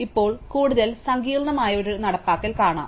ഇപ്പോൾ കൂടുതൽ സങ്കീർണ്ണമായ ഒരു നടപ്പാക്കൽ ഞങ്ങൾ കാണും